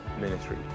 ministry